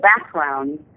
background